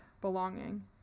belonging